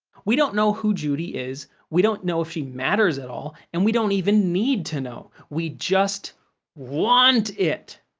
we don't know who judy is, we don't know if she matters at all, and we don't even need to know. we just want it.